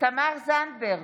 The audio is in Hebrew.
תמר זנדברג,